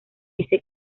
dice